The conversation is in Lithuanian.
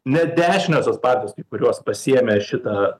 net dešiniosios partijos kai kurios pasiėmė šitą